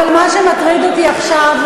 אבל מה שמטריד אותי עכשיו,